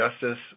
justice